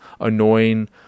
annoying